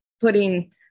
putting